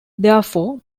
therefore